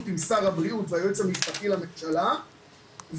עם שר הבריאות והיועמ"ש לממשלה ולממשלה.